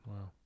Wow